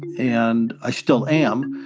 and i still am.